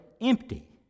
empty